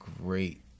great